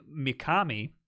Mikami